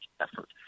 effort